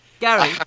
Gary